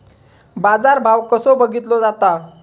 बाजार भाव कसो बघीतलो जाता?